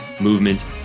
movement